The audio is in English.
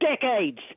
decades